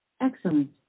Excellent